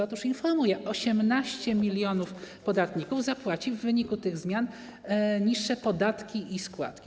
Otóż informuję: 18 mln podatników zapłaci w wyniku tych zmian niższe podatki i składki.